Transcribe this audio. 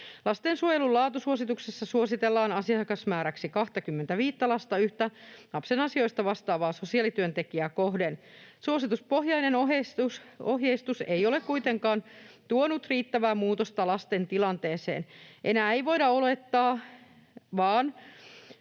Lastensuojelun laatusuosituksessa suositellaan asiakasmääräksi 25:tä lasta yhtä lapsen asioista vastaavaa sosiaalityöntekijää kohden. Suosituspohjainen ohjeistus ei ole kuitenkaan tuonut riittävää muutosta lasten tilanteeseen. Enää ei voida odottaa, vaan